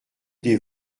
des